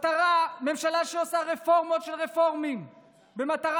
ממשלה שעושה רפורמות של רפורמים במטרה